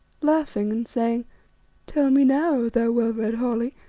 laughing and saying tell me now, o thou well-read holly,